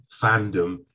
fandom